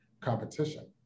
competition